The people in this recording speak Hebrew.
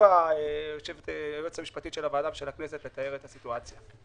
היטיבה היועצת המשפטית של הוועדה ושל הכנסת לתאר את הסיטואציה.